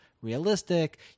realistic